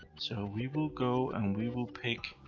so we will go and we will pick